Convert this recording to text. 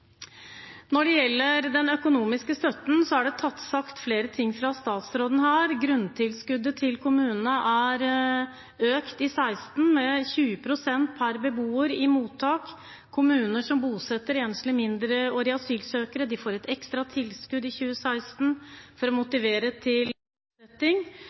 Når det gjelder den økonomiske støtten, er det sagt flere ting fra statsråden her. Grunntilskuddet til kommunene er økt i 2016 med 20 pst. per beboer i mottak. Kommuner som bosetter enslige mindreårige asylsøkere, får et ekstra tilskudd i 2016 for å